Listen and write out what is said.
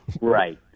Right